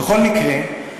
בכל מקרה,